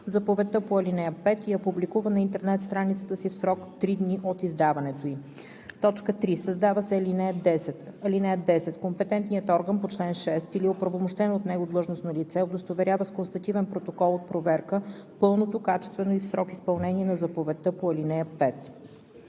заповедта по ал. 5 и я публикува на интернет страницата си в срок 3 дни от издаването ѝ.“ 3. Създава се ал. 10: „(10) Компетентният орган по чл. 6 или оправомощено от него длъжностно лице удостоверява с констативен протокол от проверка пълното, качествено и в срок изпълнение на заповедта по ал. 5.“